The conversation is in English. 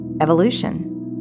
Evolution